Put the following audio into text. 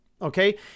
Okay